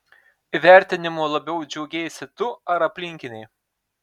įvertinimu labiau džiaugeisi tu ar aplinkiniai